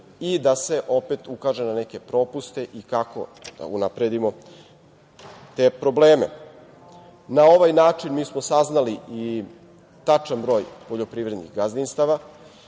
i da se opet ukaže na neke propuste i kako da unapredimo te probleme. Na ovaj način mi smo saznali i tačan broj poljoprivrednih gazdinstava.